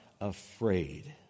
Afraid